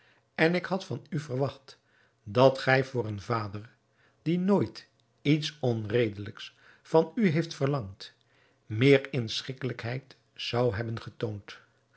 en ik had van u verwacht dat gij voor een vader die nooit iets onredelijks van u heeft verlangd meer inschikkelijkheid zoudt hebben getoond